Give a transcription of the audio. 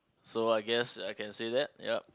so I guess I can say that yup